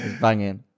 banging